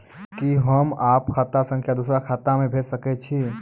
कि होम आप खाता सं दूसर खाता मे भेज सकै छी?